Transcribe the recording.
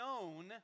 known